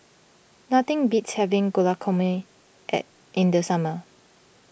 nothing beats having Guacamole at in the summer